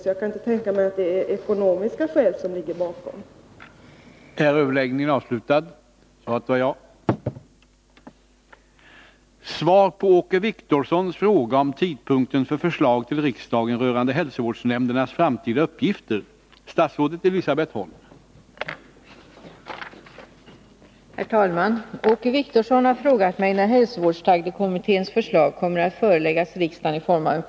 Jag kan därför inte tänka mig att det är ekonomiska skäl som ligger bakom detta.